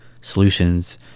solutions